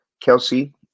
Kelsey